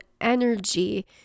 energy